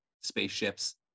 spaceships